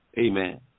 Amen